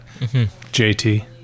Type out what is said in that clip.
jt